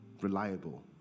reliable